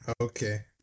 Okay